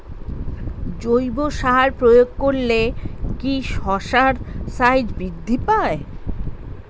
জৈব সার প্রয়োগ করলে কি শশার সাইজ বৃদ্ধি পায়?